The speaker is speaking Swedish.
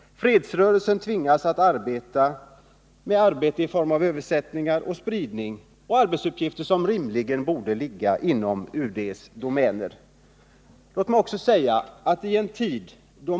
Fredsrörelsen tvingas arbeta med översättningar och spridning av dem — arbetsuppgifter som rimligen borde ligga inom UD:s domäner.